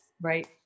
Right